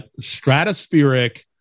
stratospheric